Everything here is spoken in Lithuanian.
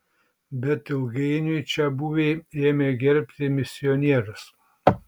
bet ilgainiui čiabuviai ėmė gerbti misionierius